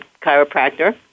chiropractor